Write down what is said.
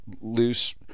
loose